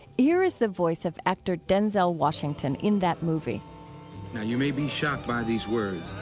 here is the voice of actor denzel washington in that movie now you may be shocked by these words,